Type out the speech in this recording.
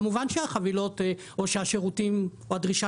כמובן שהחבילות או שהשירותים או הדרישה